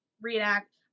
reenact